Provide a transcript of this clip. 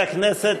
חברי הכנסת,